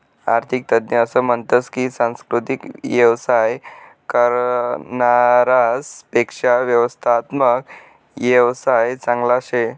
आरर्थिक तज्ञ असं म्हनतस की सांस्कृतिक येवसाय करनारास पेक्शा व्यवस्थात्मक येवसाय चांगला शे